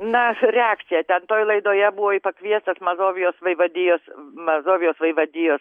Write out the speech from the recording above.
na reakcija ten toje laidoje buvo pakviestas mazovijos vaivadijos mazovijos vaivadijos